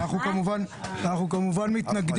אנחנו כמובן מתנגדים.